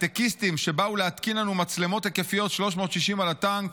הייטקיסטים שבאו להתקין לנו מצלמות היקפיות 360 על הטנק,